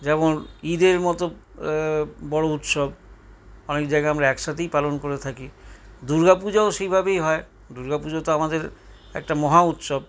যেমন ঈদের মতো বড় উৎসব অনেক জায়গায় আমরা একসাথেই পালন করে থাকি দুর্গাপুজোও সেইভাবেই হয় দুর্গাপুজোতো আমাদের একটা মহা উৎসব